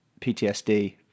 PTSD